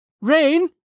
Rain